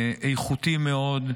איכותי מאוד,